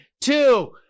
two